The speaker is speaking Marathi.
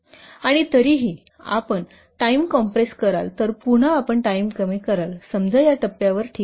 आणि तरीही आपण टाइम कॉम्प्रेस कराल तर पुन्हा आपण टाइम कमी कराल समजा या टप्प्यावर ठीक आहे